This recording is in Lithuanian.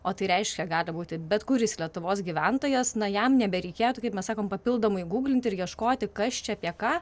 o tai reiškia gali būti bet kuris lietuvos gyventojas na jam nebereikėtų kaip mes sakom papildomai guglint ir ieškoti kas čia apie ką